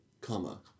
comma